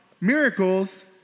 miracles